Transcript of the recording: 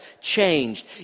changed